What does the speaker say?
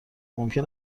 ممکن